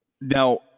Now